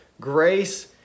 grace